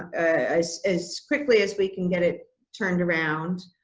as as quickly as we can get it turned around.